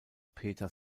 peter